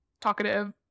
talkative